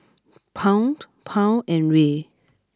Pound Pound and Riel